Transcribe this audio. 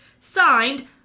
Signed